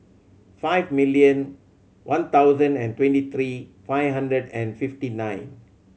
five million one thousand and twenty three five hundred and fifty nine